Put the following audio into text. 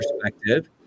perspective